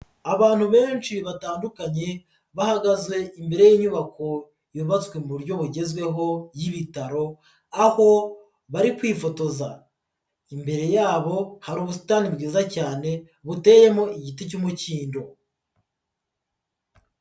Abantu benshi batandukanye bahagaze imbere y'inyubako yubatswe mu buryo bugezweho y'ibitaro aho bari kwifotoza, imbere yabo hari ubusitani bwiza cyane buteyemo igiti cy'umukindo.